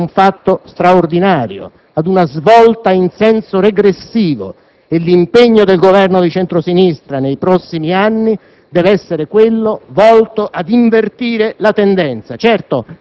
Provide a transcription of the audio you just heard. è stato sottoposto negli ultimi anni a un progressivo depauperamento dei fondi e delle risorse. Invece vi sono spese, come quelle